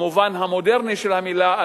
במובן המודרני של המלה,